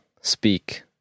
speak